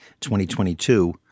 2022